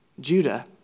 Judah